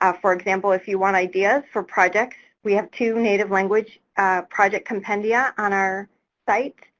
ah for example, if you want ideas for projects we have two native language project compendium on our site.